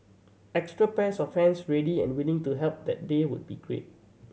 extra pairs of hands ready and willing to help that day would be great